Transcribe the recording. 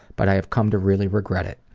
but i have come to really regret it.